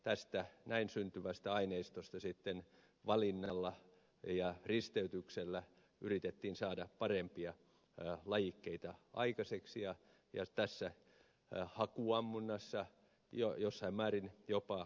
tästä näin syntyvästä aineistosta sitten valinnalla ja risteytyksellä yritettiin saada parempia lajikkeita aikaiseksi ja tässä hakuammunnassa jossain määrin jopa onnistuttiin